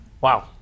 Wow